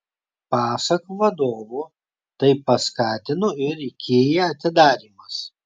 pasak vadovo tai paskatino ir ikea atidarymas